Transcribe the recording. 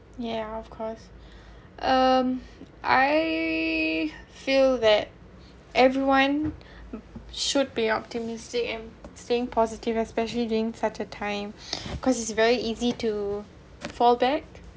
ya of course um I feel that everyone should be optimistic and staying positive especially during such a time because it's very easy to fall back